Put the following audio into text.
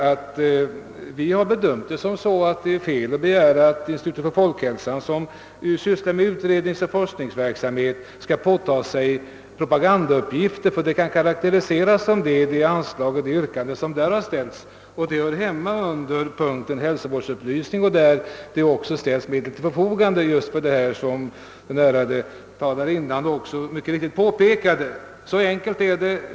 att vi har bedömt det så, att det är fel att begära att statens institut för folkhälsan, som sysslar med utredningsoch forskningsverksamhet, skall åta sig propagandauppgifter — det yrkande som fröken Wetterström ställde kan nämligen karakteriseras så. Det hör hemma under punkten Hälsovårdsupplysning, och där ställs också medel till förfogande för just sådan verksamhet, som frö ken Wetterström också mycket riktigt påpekade. Så enkelt är det.